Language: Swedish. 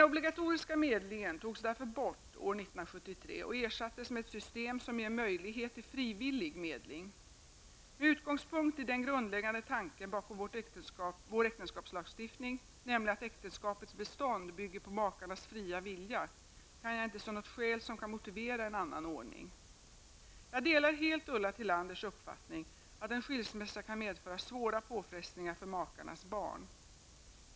1973 och ersattes med ett system som ger möjlighet till frivillig medling. Med utgångspunkt i den grundläggande tanken bakom vår äktenskapslagstiftning, nämligen att äktenskapets bestånd bygger på makarnas fria vilja, kan jag inte se något skäl som kan motivera en annan ordning. Jag delar helt Ulla Tillanders uppfattning att en skilsmässa kan medföra svåra påfrestningar för makarnas barn.